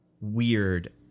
weird